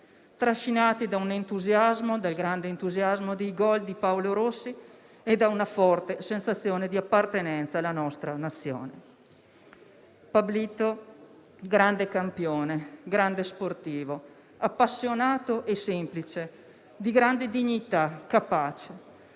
trascinati dal grande entusiasmo dei gol di Paolo Rossi e da una forte sensazione di appartenenza alla nostra Nazione. Pablito è stato un grande campione, un grande sportivo appassionato e semplice, di grande dignità e capace.